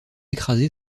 écrasé